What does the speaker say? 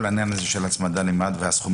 כל העניין הזה של הצמדה והסכומים,